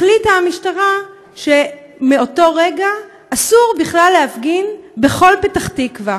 החליטה המשטרה שמאותו רגע אסור בכלל להפגין בכל פתח תקווה.